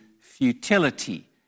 futility